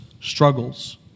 struggles